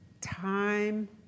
time